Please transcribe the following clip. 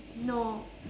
no